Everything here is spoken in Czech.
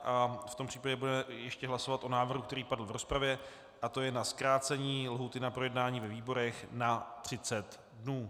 V tom případě budeme ještě hlasovat o návrhu, který padl v rozpravě, a to je na zkrácení lhůty na projednání ve výborech na 30 dnů.